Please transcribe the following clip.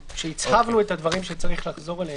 הצהבנו את הדברים עליהם צריך לחזור.